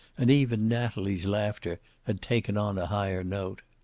and even natalie's laughter had taken on a higher note.